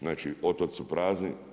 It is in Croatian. Znači otoci su prazni.